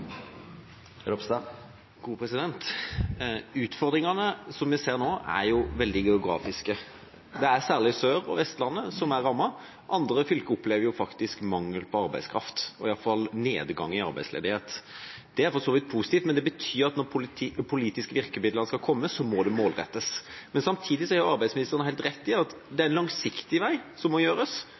veldig geografisk betinget. Det er særlig Sør- og Vestlandet som er rammet, andre områder opplever faktisk mangel på arbeidskraft, og i hvert fall nedgang i arbeidsledigheten. Det er for så vidt positivt, men det betyr at de politiske virkemidlene må målrettes. Samtidig har arbeidsministeren helt rett i at det er en langsiktig jobb som må gjøres.